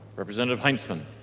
representative heintzeman